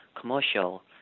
commercial